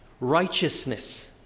righteousness